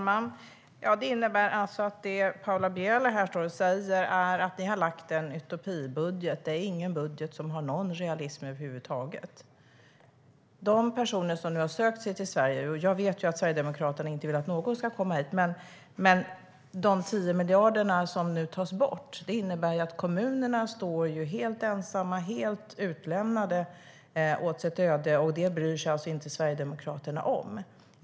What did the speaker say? Herr talman! Det innebär alltså att du står här och säger att ni har lagt fram en utopibudget, Paula Bieler. Det är en budget som inte har någon realism över huvud taget. Nu har personer sökt sig till Sverige, och jag vet att Sverigedemokraterna inte vill att någon ska komma hit. Att 10 miljarder nu tas bort innebär att kommunerna står helt ensamma och lämnas åt sitt öde, men det bryr sig Sverigedemokraterna alltså inte om.